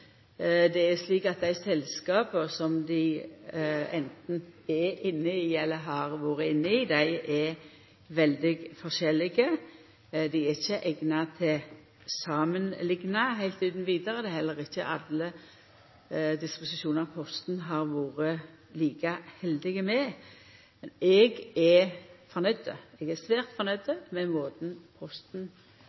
Det er slik at dei selskapa som dei anten er inne i eller har vore inne i, er veldig forskjellige. Dei er ikkje eigna til samanlikning heilt utan vidare. Det er heller ikkje alle disposisjonar Posten har vore like heldig med. Eg er fornøgd – eg er svært fornøgd – med måten Posten